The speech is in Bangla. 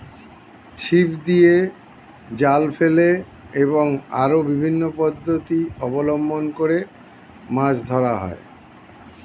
ছিপ দিয়ে, জাল ফেলে এবং আরো বিভিন্ন পদ্ধতি অবলম্বন করে মাছ ধরা হয়